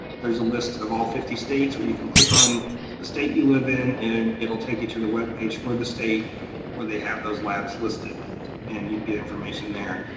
there's a list of all fifty states where you can click on the state you live in, and it'll take you to the webpage for the state where they have those labs listed and you can get information there.